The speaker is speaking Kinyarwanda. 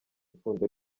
ipfundo